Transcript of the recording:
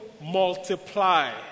multiply